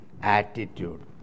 attitude